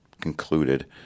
concluded